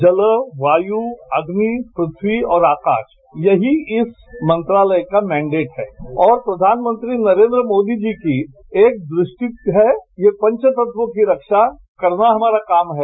जल वायु अग्नि पृथ्वी और आकाश यही इस मंत्रालय का मैंडेट है और प्रधानमंत्री नरेन्द्र मोदी जी की एक दृष्टि है कि ये पंच तत्वों की रक्षा करना हमारा काम है